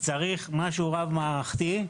צריך משהו רב מערכתי,